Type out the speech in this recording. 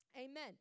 Amen